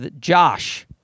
Josh